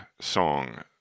song